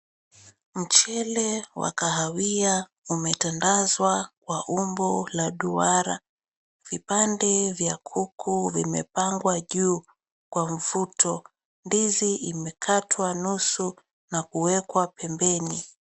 Mchele wa kahawia umetandazwa kwa umbo la duara, vipande vya kuku vimepangwa juu kwa mfuto, ndizi imekatwa nusu na kuekwa pembeni.